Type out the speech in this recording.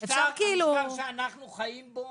המשטר שאנחנו חיים בו